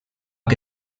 que